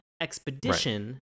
expedition